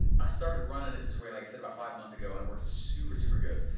and i started running it this way like i said, about five months ago and it worked super super good.